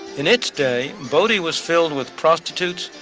in its day, bodie was filled with prostitutes,